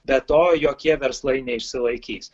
be to jokie verslai neišsilaikys